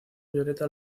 violeta